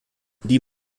die